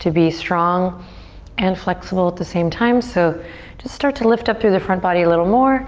to be strong and flexible at the same time so just start to lift up through the front body a little more,